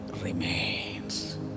remains